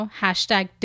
hashtag